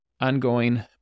ongoing